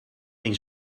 een